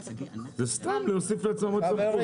זה סתם להוסיף לעצמם עוד סמכות.